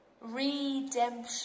Redemption